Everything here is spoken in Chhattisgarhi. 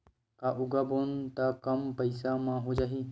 का उगाबोन त कम पईसा म हो जाही?